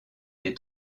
des